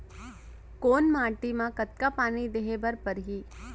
कोन माटी म कतका पानी देहे बर परहि?